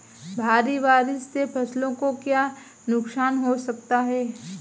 भारी बारिश से फसलों को क्या नुकसान हो सकता है?